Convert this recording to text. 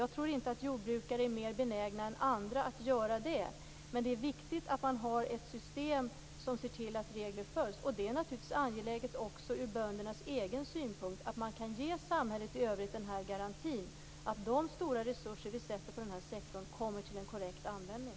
Jag tror inte att jordbrukare är mer benägna än andra att göra det, men det är viktigt att man har ett system som ser till att reglerna följs. Och det är naturligtvis viktigt också ur böndernas egen synpunkt att kunna ge samhället i övrigt garantin att de stora resurser vi avsätter till den här sektorn kommer till korrekt användning.